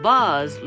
Buzz